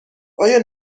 آیا